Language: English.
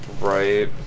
Right